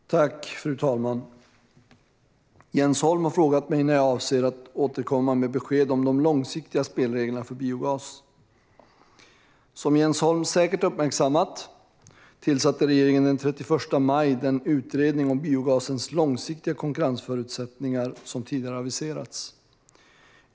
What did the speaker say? Svar på interpellationer Fru talman! Jens Holm har frågat mig när jag avser att återkomma med besked om de långsiktiga spelreglerna för biogas. Som Jens Holm säkert uppmärksammat tillsatte regeringen den 31 maj den utredning om biogasens långsiktiga konkurrensförutsättningar som tidigare aviserats.